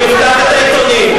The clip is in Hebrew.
תפתח את העיתונים.